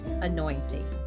Anointing